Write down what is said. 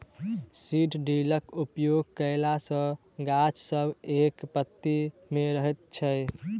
seed ड्रिलक उपयोग कयला सॅ गाछ सब एक पाँती मे रहैत छै